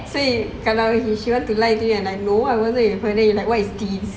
see kalau she want to lie to you kan what is this